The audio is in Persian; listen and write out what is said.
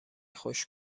خوش